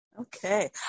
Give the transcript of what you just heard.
Okay